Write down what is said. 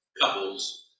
couples